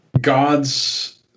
gods